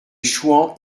chouans